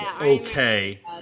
okay